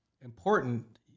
important